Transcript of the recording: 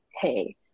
Hey